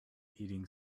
eating